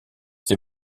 ses